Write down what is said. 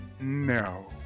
No